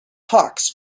hawks